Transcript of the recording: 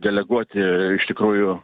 deleguoti iš tikrųjų